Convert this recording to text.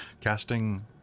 Casting